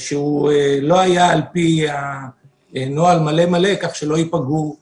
שלא על פי נוהל מלא, כך שלא ייפגעו אנשים.